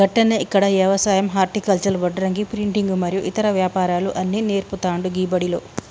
గట్లనే ఇక్కడ యవసాయం హర్టికల్చర్, వడ్రంగి, ప్రింటింగు మరియు ఇతర వ్యాపారాలు అన్ని నేర్పుతాండు గీ బడిలో